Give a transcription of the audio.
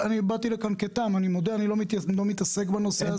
באתי לכאן כתם, אני מודה, אני לא מתעסק בנושא הזה.